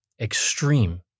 extreme